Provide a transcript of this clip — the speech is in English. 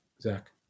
Zach